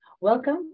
welcome